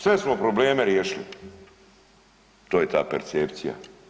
Sve smo probleme riješili to je ta percepcija.